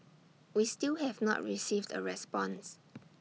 we still have not received A response